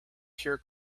pure